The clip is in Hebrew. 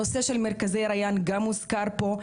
הנושא של מרכזי ריאן גם מוזכר פה.